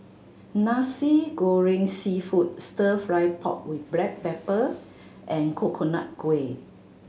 Nasi Goreng Seafood Stir Fry pork with black pepper and Coconut Kuih